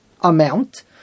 amount